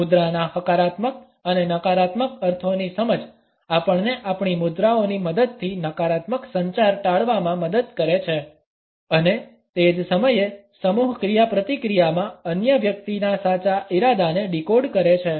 મુદ્રાના હકારાત્મક અને નકારાત્મક અર્થોની સમજ આપણને આપણી મુદ્રાઓની મદદથી નકારાત્મક સંચાર ટાળવામાં મદદ કરે છે અને તે જ સમયે સમૂહ ક્રિયાપ્રતિક્રિયામાં અન્ય વ્યક્તિના સાચા ઇરાદાને ડીકોડ કરે છે